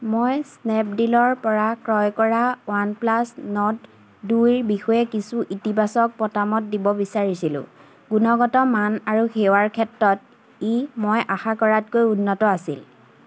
মই স্নেপডীলৰপৰা ক্ৰয় কৰা ৱানপ্লাছ নৰ্ড দুইৰ বিষয়ে কিছু ইতিবাচক মতামত দিব বিচাৰিছিলোঁ গুণগত মান আৰু সেৱাৰ ক্ষেত্ৰত ই মই আশা কৰাতকৈ উন্নত আছিল